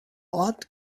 ort